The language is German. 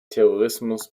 terrorismus